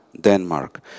Denmark